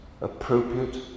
appropriate